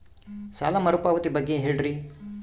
ಸಾಲ ಮರುಪಾವತಿ ಬಗ್ಗೆ ಹೇಳ್ರಿ?